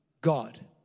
God